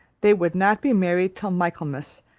they would not be married till michaelmas,